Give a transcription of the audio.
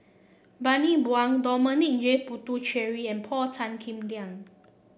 Bani Buang Dominic J Puthucheary and Paul Tan Kim Liang